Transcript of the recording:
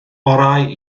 orau